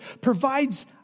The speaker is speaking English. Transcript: provides